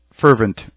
fervent